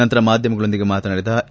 ನಂತರ ಮಾಧ್ವಮಗಳೊಂದಿಗೆ ಮಾತನಾಡಿದ ಇ